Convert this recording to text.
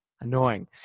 annoying